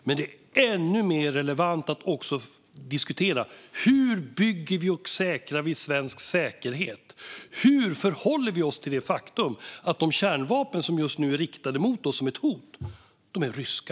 Men det är ännu mer relevant att också diskutera hur vi bygger och säkrar svensk säkerhet och hur vi förhåller oss till det faktum att de kärnvapen som just nu är riktade mot oss som ett hot, de är ryska.